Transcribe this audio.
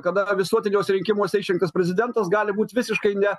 kada visuotiniuose rinkimuose išrinktas prezidentas gali būt visiškai ne